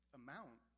amount